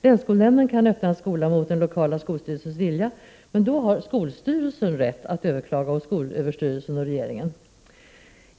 Länsskolnämnden kan öppna en skola mot den lokala skolstyrelsens vilja, men då har skolstyrelsen rätt att överklaga hos skolöverstyrelsen och regeringen.